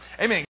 Amen